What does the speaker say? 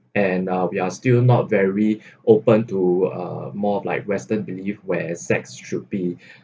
and uh we are still not very open to uh more of like western believe where sex should be